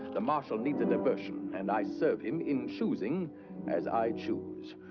the marshal needs a diversion, and i serve him in choosing as i choose.